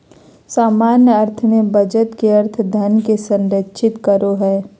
सामान्य अर्थ में बचत के अर्थ धन के संरक्षित करो हइ